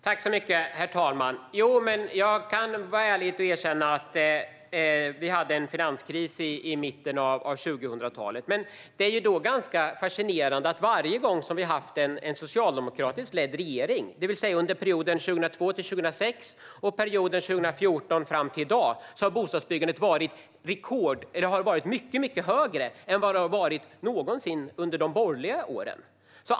Herr talman! Jag kan vara ärlig och erkänna att vi hade en finanskris tidigare under 2000-talet. Men det är ganska fascinerande att varje gång som vi har haft en socialdemokratiskt ledd regering, det vill säga under perioden 2002-2006 och perioden 2014 fram till i dag, så har bostadsbyggandet varit mycket, mycket högre än vad det någonsin varit under de borgerliga åren.